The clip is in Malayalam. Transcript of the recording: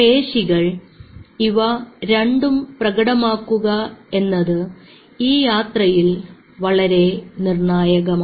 പേശികൾ ഇവ രണ്ടും പ്രകടമാക്കുക എന്നത് ഈ യാത്രയിൽ വളരെ നിർണായകമാണ്